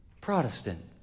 Protestant